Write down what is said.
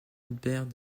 albert